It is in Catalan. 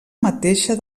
mateixa